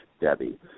Debbie